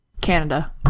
Canada